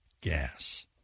gas